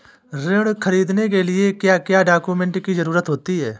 ऋण ख़रीदने के लिए क्या क्या डॉक्यूमेंट की ज़रुरत होती है?